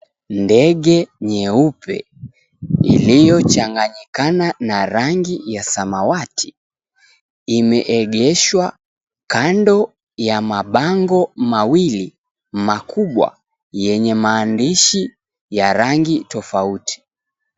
Ndege nyeupe iliyochanganyikana na rangi ya samawati imeegeshwa kando ya mabango mawili makubwa yenye maandishi ya rangi tofauti.